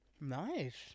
Nice